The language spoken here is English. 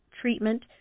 treatment